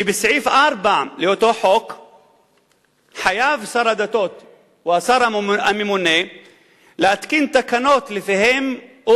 שלפי סעיף 4 שלו חייב שר הדתות או השר הממונה להתקין תקנות שלפיהן הוא